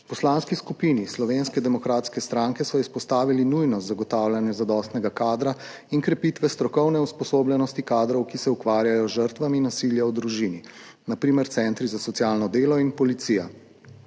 Poslanski skupini Slovenske demokratske stranke so izpostavili nujnost zagotavljanja zadostnega kadra in krepitve strokovne usposobljenosti kadrov, ki se ukvarjajo z žrtvami nasilja v družini, na primer centri za socialno delo in policija.